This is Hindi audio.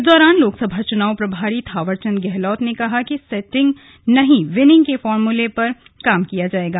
इस दौरान लोकसभा चुनाव प्रभारी थावरचंद गहलोत ने कहा है कि सेटिंग नहीं विनिंग के फार्मले पर कार्य किया जाएगा